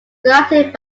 directed